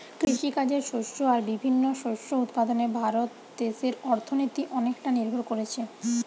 কৃষিকাজের শস্য আর বিভিন্ন শস্য উৎপাদনে ভারত দেশের অর্থনীতি অনেকটা নির্ভর কোরছে